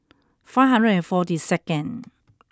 five hundred and forty second